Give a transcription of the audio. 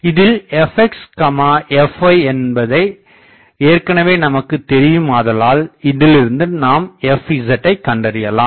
இதில் fx fy என்பவை ஏற்கனவே நமக்குத்தெரியுமாததால் இதிலிருந்து நாம் fzஐ கண்டறியலாம்